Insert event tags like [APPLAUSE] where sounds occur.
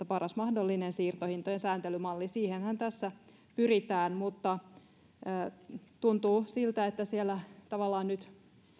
[UNINTELLIGIBLE] paras mahdollinen siirtohintojen sääntelymalli siihenhän tässä pyritään tuntuu siltä että siellä tavallaan nyt